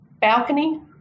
balcony